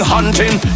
Hunting